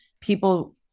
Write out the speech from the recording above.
people